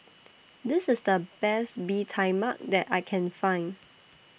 This IS The Best Bee Tai Mak that I Can Find